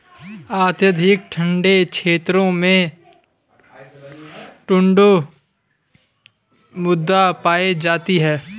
अत्यधिक ठंडे क्षेत्रों में टुण्ड्रा मृदा पाई जाती है